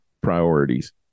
priorities